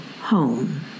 Home